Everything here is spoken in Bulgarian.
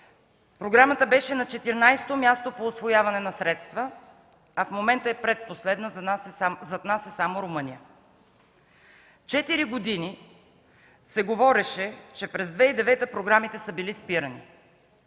програмата беше на 14 то място по усвояване на средства, а в момента е предпоследна, зад нас е само Румъния. Четири години се говореше, че през 2009 г. програмите са били спирани.